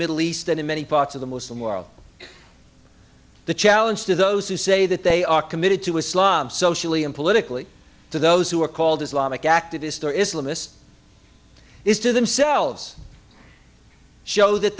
middle east and in many parts of the muslim world the challenge to those who say that they are committed to islam socially and politically to those who are called islamic activists or islamists is to themselves show that